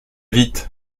vite